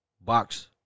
Box